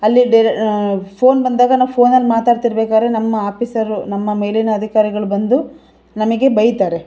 ಅಲ್ಲಿ ಡೆರ್ ಫೋನ್ ಬಂದಾಗ ನಾವು ಫೋನಲ್ಲಿ ಮಾತಾಡ್ತಿರ್ಬೇಕಾದ್ರೆ ನಮ್ಮ ಆಪೀಸರು ನಮ್ಮ ಮೇಲಿನ ಅಧಿಕಾರಿಗಳು ಬಂದು ನಮಗೆ ಬೈತಾರೆ